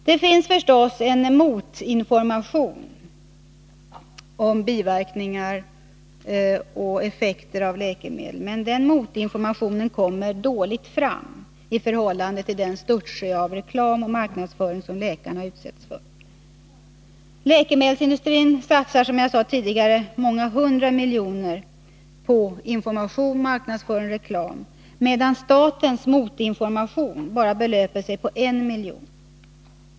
Det finns förstås en motinformation om biverkningar och effekter av läkemedel, men denna motinformation kommer dåligt fram i förhållande till den störtsjö av reklam och marknadsföringsinsatser som läkarna utsätts för. Läkemedelsindustrin satsar, som jag sade tidigare, många hundra miljoner på information, marknadsfö ing och reklam, medan statens motinformation bara belöper sig på en miljon.